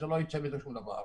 לא יצא מזה שום דבר.